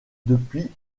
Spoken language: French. depuis